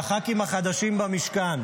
שלח"כים החדשים במשכן,